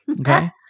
Okay